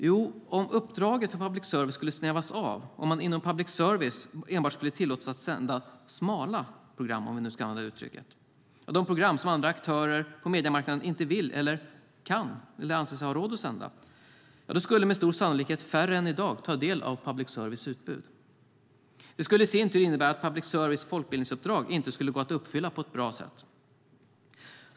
Jo, om uppdraget för public service skulle snävas av och man inom public service enbart skulle tillåtas att sända smala program, om vi nu ska använda det uttrycket, de program som andra aktörer på mediemarknaden inte vill, kan eller anser sig ha råd att sända så skulle med stor sannolikhet färre än i dag ta del av public services utbud. Det skulle i sin tur innebära att public services folkbildningsuppdrag inte skulle gå att uppfylla på ett bra sätt.